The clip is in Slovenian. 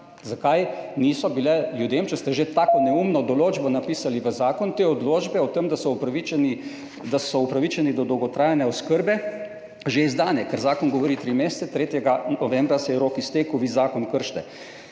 Zakaj niso bile ljudem, če ste že tako neumno določbo napisali v zakon, te odločbe o tem, da so upravičeni do dolgotrajne oskrbe, že izdane, ker zakon govori tri mesece, 3. novembra se je rok iztekel, vi kršite